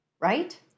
right